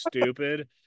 stupid